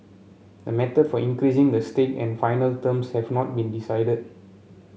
the method for increasing the stake and final terms have not been decided